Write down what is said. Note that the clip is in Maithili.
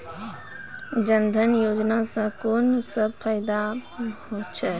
जनधन योजना सॅ कून सब फायदा छै?